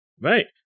right